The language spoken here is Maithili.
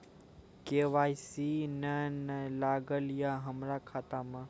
के.वाई.सी ने न लागल या हमरा खाता मैं?